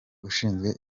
ushinzwe